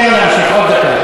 תן להמשיך עוד דקה.